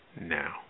now